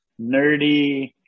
nerdy